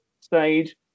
stage